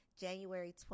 January